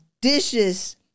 dishes